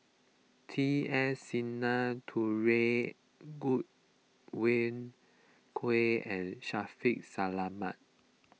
T S Sinnathuray Godwin Koay and Shaffiq Selamat